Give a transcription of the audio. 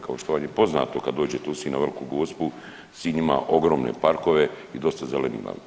Kao što vam je poznato kad dođete u Sinj na Veliku Gospu Sinj ima ogromne parkove i dosta zelenila.